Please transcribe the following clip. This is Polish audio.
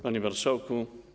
Panie Marszałku!